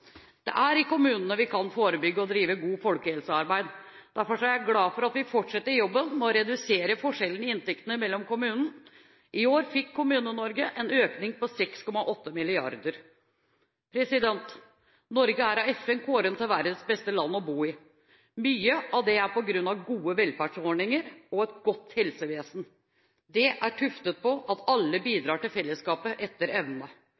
Det er i kommunene vi kan forebygge og drive godt folkehelsearbeid. Derfor er jeg glad for at vi fortsetter jobben med å redusere forskjellene i inntektene mellom kommunene. I år fikk Kommune-Norge en økning på 6,8 mrd. kr. Norge er av FN kåret til verdens beste land å bo i. Mye av grunnen til det er gode velferdsordninger og et godt helsevesen. Det er tuftet på at alle bidrar til fellesskapet etter evne.